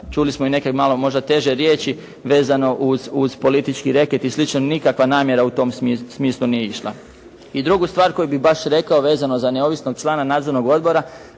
čuli smo i neke malo možda teže riječi vezano uz politički reket i slično, nikakva namjera u tom smislu nije išla. I drugu stvar koju bi baš rekao vezano za neovisnog člana nadzornog odbora,